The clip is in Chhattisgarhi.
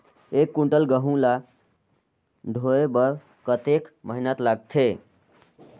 एक कुंटल गहूं ला ढोए बर कतेक मेहनत लगथे?